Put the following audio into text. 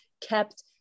kept